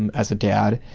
and as a dad,